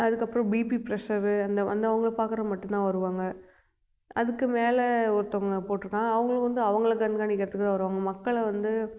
அதுக்கப்றம் BP pressure அந்த அந்த அவங்க பார்க்குறவுங்க மட்டுந்தான் வருவாங்க அதுக்கு மேலே ஒருத்தவங்க போட்டிருக்காங்க அவங்களுக்கு வந்து அவங்கள கண்காணிக்கிறத்துக்கு தான் வருவாங்கள் மக்களை வந்து